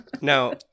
Now